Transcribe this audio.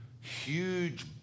huge